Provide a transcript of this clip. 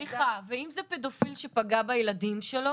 סליחה, ואם זה פדופיל שפגע בילדים שלו